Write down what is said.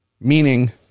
meaning